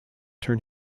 turn